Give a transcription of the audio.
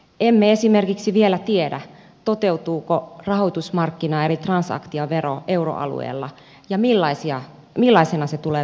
emme esimerkiksi vielä tiedä toteutuuko rahoitusmarkkina eli transaktiovero euroalueella ja millaisena se tulee toteutumaan